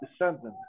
descendants